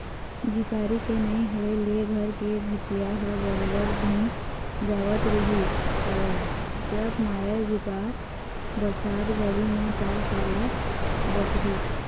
झिपारी के नइ होय ले घर के भीतिया ह बरोबर भींग जावत रिहिस हवय जब मारय झिपार बरसात घरी म ता काला बचही